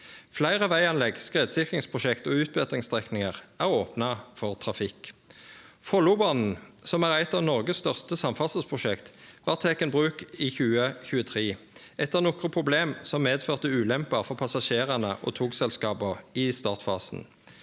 Fleire veganlegg, skredsikringsprosjekt og utbetringsstrekninger er opna for trafikk. Follobanen, som er eit av Noregs største samferdselsprosjekt, vart teken i bruk i 2023, etter nokre problem som medførte ulemper for passasjerane og togselskapa i startfasen.